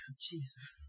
Jesus